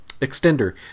extender